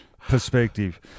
perspective